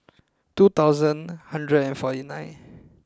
two thousand hundred and forty nine